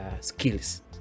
skills